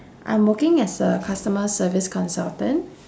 I'm working as a customer service consultant